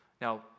Now